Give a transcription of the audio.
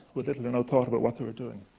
with little or no thought about what they were doing.